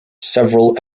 several